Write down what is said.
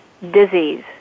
Disease